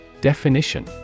Definition